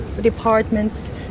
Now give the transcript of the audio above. departments